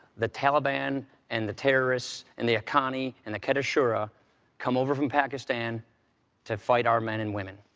the taliban and the terrorists and the haqqani and the quetta shura come over from pakistan to fight our men and women.